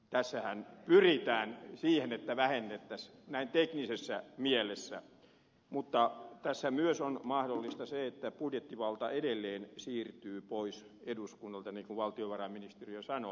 tässähän pyritään siihen että vähennettäisiin näin teknisessä mielessä mutta tässä myös on mahdollista se että budjettivalta edelleen siirtyy pois eduskunnalta niin kuin valtiovarainministeriö sanoo